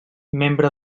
membre